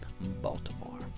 Baltimore